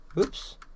oops